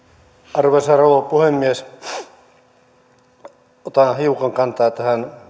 arvoisa rouva puhemies otan hiukan kantaa tähän